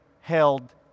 held